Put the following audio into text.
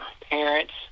parents